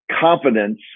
confidence